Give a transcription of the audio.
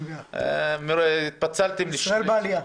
ישראל בעלייה.